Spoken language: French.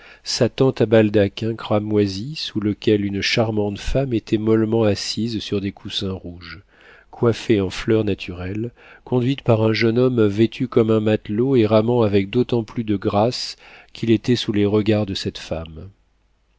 sa tente à baldaquin cramoisi sous lequel une charmante femme était mollement assise sur des coussins rouges coiffée en fleurs naturelles conduite par un jeune homme vêtu comme un matelot et ramant avec d'autant plus de grâce qu'il était sous les regards de cette femme